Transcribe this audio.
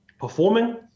performing